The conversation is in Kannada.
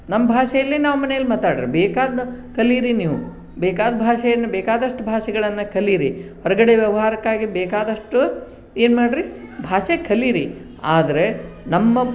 ನಮ್ಮ ಭಾಷೆಲೆ ನಾವು ಮನೇಲೆ ಮಾತಾಡ್ರಿ ಬೇಕಾದನ್ನ ಕಲೀರಿ ನೀವು ಬೇಕಾದ ಭಾಷೆಯನ್ನು ಬೇಕಾದಷ್ಟು ಭಾಷೆಗಳನ್ನು ಕಲೀರಿ ಹೊರಗಡೆ ವ್ಯವಹಾರಕ್ಕಾಗಿ ಬೇಕಾದಷ್ಟು ಏನು ಮಾಡ್ರಿ ಭಾಷೆ ಕಲೀರಿ ಆದರೆ ನಮ್ಮ